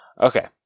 Okay